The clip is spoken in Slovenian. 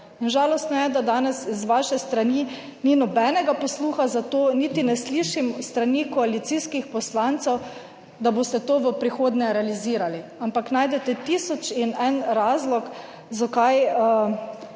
žalostno je, da danes z vaše strani ni nobenega posluha za to, niti ne slišim s strani koalicijskih poslancev, da boste to v prihodnje realizirali, ampak najdete tisoč in en razlog zakaj ne sledite